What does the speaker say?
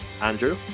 Andrew